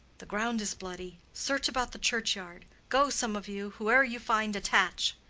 the ground is bloody. search about the churchyard. go, some of you whoe'er you find attach.